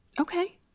Okay